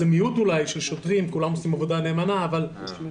מיעוט של שוטרים וכולם עושים עבודה נאמנה לא.